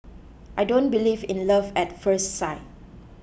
I don't believe in love at first sight